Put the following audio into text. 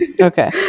Okay